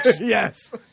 Yes